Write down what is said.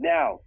Now